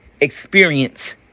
experience